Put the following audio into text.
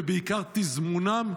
ובעיקר תזמונם,